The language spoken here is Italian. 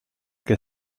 che